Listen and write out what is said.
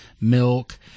milk